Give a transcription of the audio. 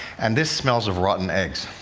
and this smells of rotten eggs,